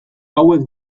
hauek